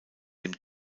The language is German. dem